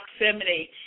proximity